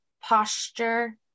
posture